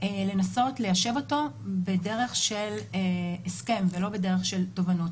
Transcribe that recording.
לנסות ליישב אותו בדרך של הסכם ולא בדרך של תובענות.